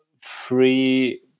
free